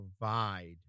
provide